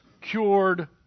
cured